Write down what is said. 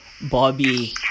Bobby